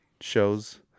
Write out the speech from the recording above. shows